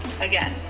Again